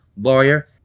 lawyer